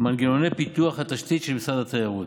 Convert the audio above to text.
מנגנוני פיתוח התשתית של משרד התיירות.